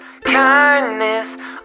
kindness